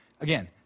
again